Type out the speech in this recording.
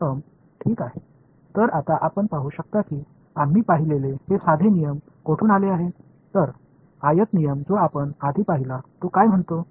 இது இங்கே ஃபங்ஷன் ஒரு நிலையான மதிப்பு மூலம் மாற்றியது